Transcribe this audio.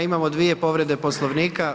Imamo dvije povrede Poslovnika.